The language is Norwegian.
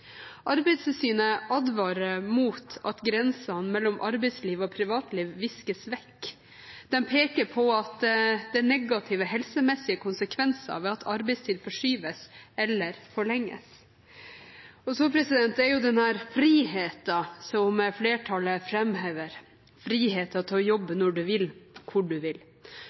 Arbeidstilsynet advarer mot at grensene mellom arbeidsliv og privatliv viskes vekk. De peker på at det er negative helsemessige konsekvenser ved at arbeidstid forskyves eller forlenges. Det er friheten flertallet framhever – friheten til å jobbe når du vil, og hvor du vil.